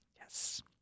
Yes